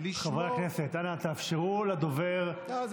חברי הכנסת, אנא, תאפשרו לדובר את, לא.